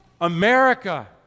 America